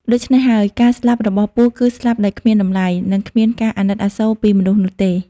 ដូច្នេះហើយ ការស្លាប់របស់ពស់គឺស្លាប់ដោយគ្មានតម្លៃ និងគ្មានការអាណិតអាសូរពីមនុស្សនោះទេ ។